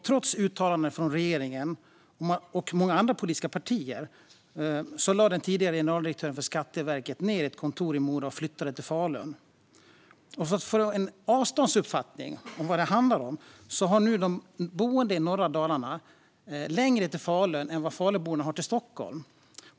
Trots uttalanden från regeringen och många politiska partier lade den tidigare generaldirektören för Skatteverket ned kontoret i Mora och flyttade det till Falun. För att få en avståndsuppfattning har nu de boende i norra Dalarna längre till skattekontoret i Falun än vad Faluborna har till Stockholm.